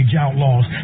Outlaws